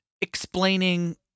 explaining